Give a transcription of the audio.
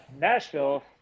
Nashville